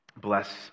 bless